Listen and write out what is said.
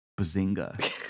Bazinga